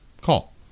call